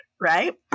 right